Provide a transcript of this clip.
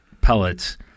pellets